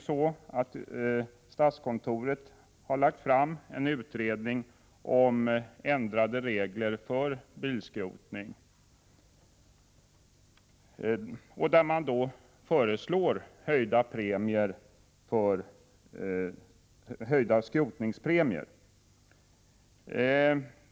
Statskontoret har lagt fram en utredning om ändrade regler för bilskrotning, där man föreslår höjda skrotningspremier.